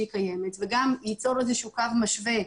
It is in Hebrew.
שהיא קיימת וגם ייצור איזה שהוא קו משווה,